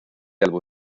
álbum